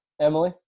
Emily